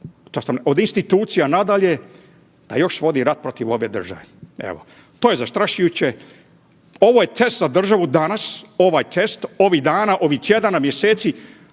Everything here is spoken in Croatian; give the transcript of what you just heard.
od institucija pa nadalje da još vodi rat protiv ove države. Evo, to je zastrašujuće. Ovo je test za državu danas, ovaj test, ovih dana, ovih tjedana, mjeseci